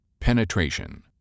penetration